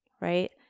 right